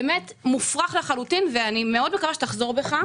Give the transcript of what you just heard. מופרך לחלוטין, ואני מאוד מקווה שתחזור בך.